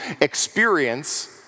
experience